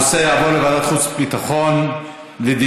הנושא יעבור לוועדת החוץ והביטחון לדיון.